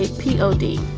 p o d.